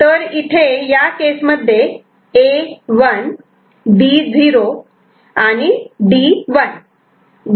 तर इथे या केसमध्ये A 1 B 0 आणि D 1